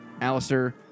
Alistair